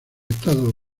estados